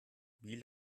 wie